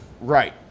Right